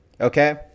Okay